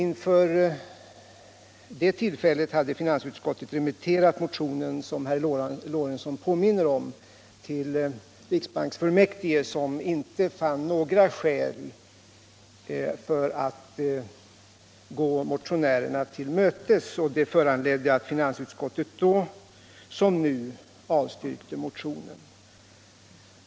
Vid det tillfället hade finansutskottet remitterat motionen, som herr Lorentzon påminde om, till riksbanksfullmäktige, som inte fann några skäl för att gå motionärerna till mötes och detta föranledde att finansutskottet då som nu avstyrkte motionen.